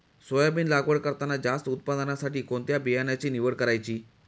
Soybean लागवड करताना जास्त उत्पादनासाठी कोणत्या बियाण्याची निवड करायची?